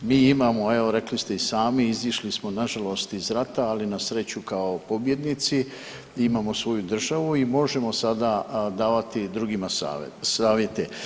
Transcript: Mi imamo evo rekli ste i sami izišli smo nažalost iz rata ali na sreću kao pobjednici, imamo svoju državu i možemo sada davati drugima savjete.